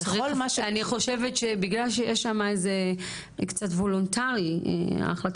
בכל מה --- אני חושבת שבגלל שיש שמה איזה קצת החלטה הוולונטרית,